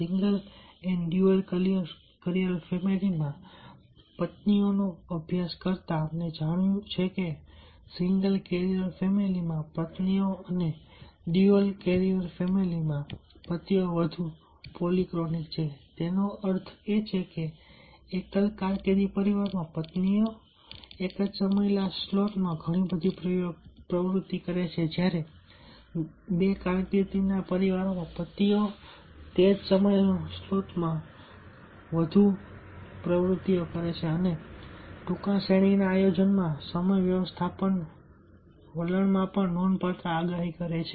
single and dual career ફેમિલીમાં પત્નીઓનો અભ્યાસ કરતા અમને જાણવા મળ્યું કે સિંગલ કેરિયર ફેમિલી માં પત્નીઓ અને ડ્યુઅલ કરિયર ફેમિલી માં પતિઓ વધુ પોલીક્રોનિક છે તેનો અર્થ એ છે કે એકલ કારકિર્દી પરિવારમાં પત્નીઓ એક જ સમયના સ્લોટમાં તેઓ ઘણી પ્રવૃત્તિઓ કરે છે જ્યારે દ્વિ કારકીર્દીના પરિવારોમાં પતિઓ તે જ સમયના સ્લોટમાં વધુ ઘણી પ્રવૃત્તિઓ કરે છે અને ટૂંકા શ્રેણીના આયોજનમાં સમય વ્યવસ્થાપન વલણ પણ માં નોંધપાત્ર આગાહી કરે છે